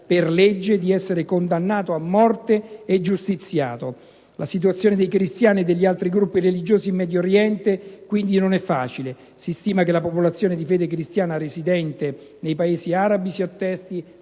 per legge, di essere condannato a morte e giustiziato. La situazione dei cristiani e degli altri gruppi religiosi in Medio Oriente, quindi, non è facile. Si stima che la popolazione di fede cristiana residente nei Paesi arabi si attesti